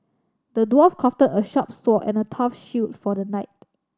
the dwarf crafted a sharp sword and a tough shield for the knight